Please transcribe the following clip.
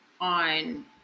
on